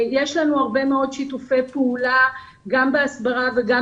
יש לנו הרבה מאוד שיתופי פעולה גם בהסברה וגם